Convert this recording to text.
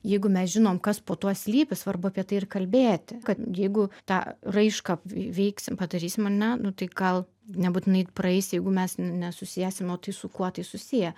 jeigu mes žinom kas po tuo slypi svarbu apie tai ir kalbėti kad jeigu tą raišką įveiksim padarysim ar ne nu tai gal nebūtinai praeis jeigu mes nesusiesim o tai su kuo tai susiję